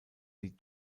die